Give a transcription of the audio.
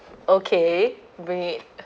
okay bring it